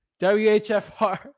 WHFR